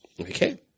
Okay